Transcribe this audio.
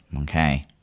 Okay